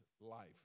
life